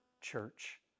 church